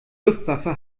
luftwaffe